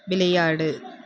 விளையாடு